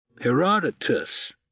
Herodotus